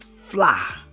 Fly